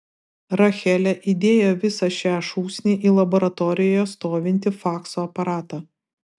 rachelė įdėjo visą šią šūsnį į laboratorijoje stovintį fakso aparatą